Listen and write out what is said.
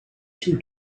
too